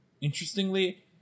Interestingly